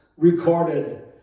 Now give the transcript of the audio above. recorded